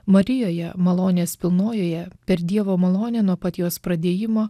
marijoje malonės pilnojoje per dievo malonę nuo pat jos pradėjimo